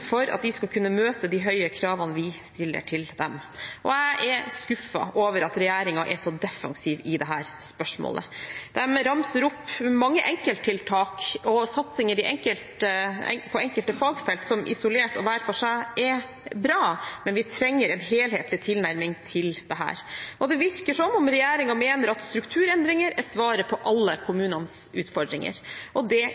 for at de skal kunne møte de høye kravene vi stiller til dem. Jeg er skuffet over at regjeringen er så defensiv i dette spørsmålet. De ramser opp mange enkelttiltak og satsinger på enkelte fagfelt som isolert og hver for seg er bra, men vi trenger en helhetlig tilnærming til dette. Det virker som om regjeringen mener at strukturendringer er svaret på alle kommunenes utfordringer, men det